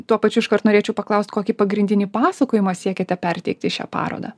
tuo pačiu iškart norėčiau paklaust kokį pagrindinį pasakojimą siekiate perteikti šia paroda